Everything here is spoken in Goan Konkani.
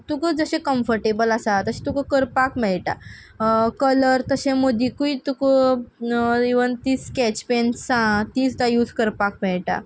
तुका जशें कंफर्टेबल आसा तशें तुका करपाक मेयटा कलर तशें मदींकूय तुक इवन तीं स्कॅच पॅन्सां तीं सुद्दां यूज करपाक मेयटा